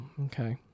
Okay